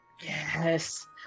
yes